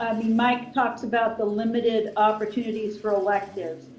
i mean, mike talks about the limited opportunities for electives.